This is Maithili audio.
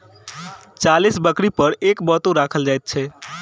चालीस बकरी पर एक बत्तू राखल जाइत छै